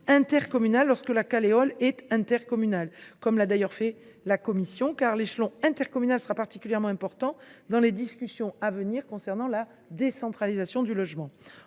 intercommunale lorsque la Caleol est intercommunale, comme l’a d’ailleurs prévu la commission. En effet, l’échelon intercommunal sera particulièrement important dans les discussions à venir sur la décentralisation du logement.